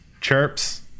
Chirps